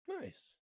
Nice